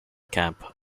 camp